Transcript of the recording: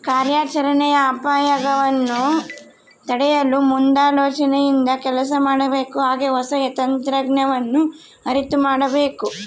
ಕಾರ್ಯಾಚರಣೆಯ ಅಪಾಯಗವನ್ನು ತಡೆಯಲು ಮುಂದಾಲೋಚನೆಯಿಂದ ಕೆಲಸ ಮಾಡಬೇಕು ಹಾಗೆ ಹೊಸ ತಂತ್ರಜ್ಞಾನವನ್ನು ಅರಿತು ಮಾಡಬೇಕು